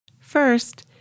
First